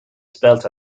spelt